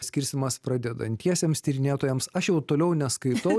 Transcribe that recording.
skirsiamas pradedantiesiems tyrinėtojams aš jau toliau neskaitau